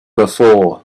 before